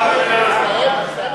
ההצעה